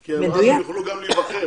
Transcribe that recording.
כי אז הם יוכלו גם להיבחר.